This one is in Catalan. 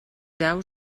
deu